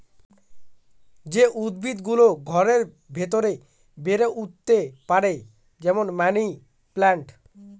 যে উদ্ভিদ গুলো ঘরের ভেতরে বেড়ে উঠতে পারে, যেমন মানি প্লান্ট